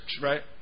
right